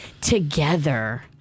together